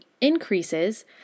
increases